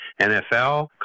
NFL